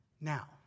Now